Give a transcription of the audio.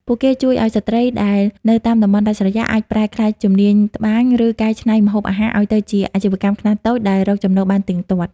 ពួកគេជួយឱ្យស្រ្តីដែលនៅតាមតំបន់ដាច់ស្រយាល អាចប្រែក្លាយជំនាញត្បាញ ឬកែច្នៃម្ហូបអាហារឱ្យទៅជាអាជីវកម្មខ្នាតតូចដែលរកចំណូលបានទៀងទាត់។